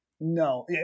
No